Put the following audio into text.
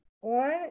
one